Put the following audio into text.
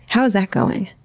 how's that going?